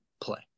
play